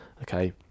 Okay